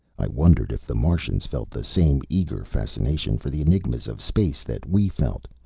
i wondered if the martians felt the same eager fascination for the enigmas of space that we felt,